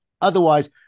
Otherwise